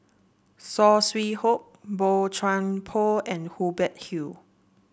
Saw Swee Hock Boey Chuan Poh and Hubert Hill